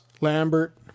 Lambert